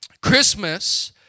Christmas